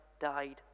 died